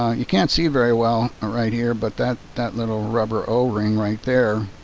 you can't see very well ah right here but that that little rubber o-ring, right there,